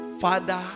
Father